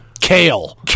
Kale